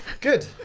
Good